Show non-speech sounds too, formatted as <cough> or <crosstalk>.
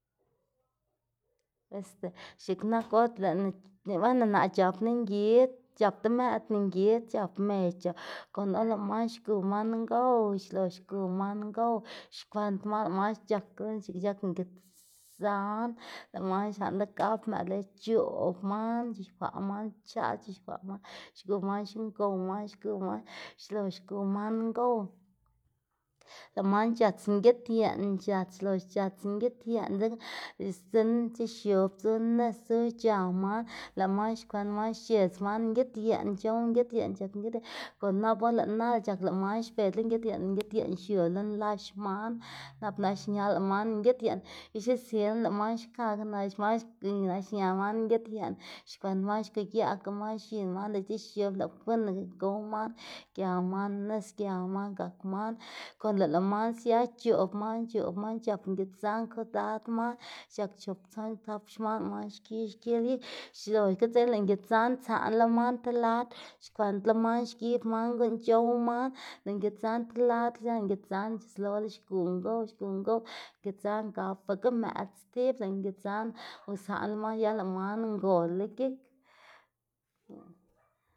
<noise> este x̱iꞌk nak or lëꞌná weno naꞌ c̲h̲apná ngid, c̲h̲ap demëꞌdná ngid, c̲h̲ap mec̲h̲ c̲h̲ap konga or lëꞌ man xgu man ngow, xlox xgu man ngow xkwend man lëꞌ man c̲h̲akla x̱iꞌk c̲h̲ak ngid zan lëꞌ man xlaꞌnla gap mëꞌd lox c̲h̲oꞌb man, c̲h̲ixkwaꞌ man pchaꞌs c̲h̲ixkwaꞌ man xgu ma xingow man xgu man xlox xgu man ngow lëꞌ man c̲h̲ats ngid yeꞌn c̲h̲ats xlox c̲h̲ats ngid yeꞌn dzekna lëꞌ sdzinn ti x̱ob sdzu nis dzu c̲h̲a man lëꞌ man xkwend man xc̲h̲edz man ngid yeꞌn c̲h̲ow ngid yeꞌn c̲h̲ak ngid yeꞌn konga nap or lëꞌ nal c̲h̲ak lëꞌ man xbedzla ngid yeꞌn lëꞌ ngid yeꞌn xiula lën lax man nap naxñala ma ngid yeꞌn, ixe silna lëꞌ man xkakga nax man naxña man ngid yeꞌn xkwend man xguyaꞌka man x̱in man lëꞌ ti x̱ob lëꞌ kwinaga gow man, gia man nis gia man gak man konga lëꞌ man sia c̲h̲oꞌb c̲h̲oꞌb man c̲h̲ap ngid zan kwidad man c̲h̲ak chop tson tap xman lëꞌ man xki xkila gik xloxga dzekna lëꞌ ngid zan tsaꞌnla man ti lad xkwendla man xgib man guꞌn c̲h̲ow man lëꞌ ngid zan ti ladla sia lëꞌ ngid zan c̲h̲uslola xgu ngow, xgu ngow ngid zak gapaga mëꞌd stib, lëꞌ ngid zan uzaꞌnla man ya lëꞌ man ngol‑la gik. <noise>